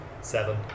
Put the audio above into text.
Seven